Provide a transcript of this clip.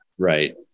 Right